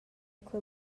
quei